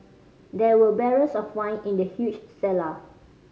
there were barrels of wine in the huge cellar